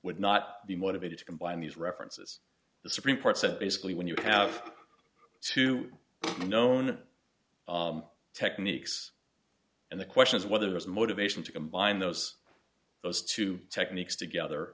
would not be motivated to combine these references the supreme court said basically when you have two known techniques and the question is whether is motivation to combine those those two techniques together